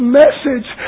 message